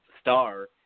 star